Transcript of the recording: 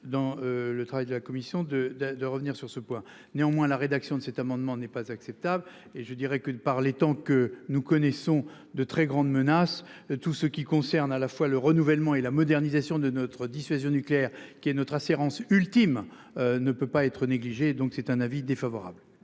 dans le travail de la commission de de de revenir sur ce point, néanmoins la rédaction de cet amendement n'est pas acceptable et je dirais que par les temps que nous connaissons de très grande menace, tout ce qui concerne à la fois le renouvellement et la modernisation de notre dissuasion nucléaire qui est notre assurance ultime ne peut pas être négligée. Donc c'est un avis défavorable.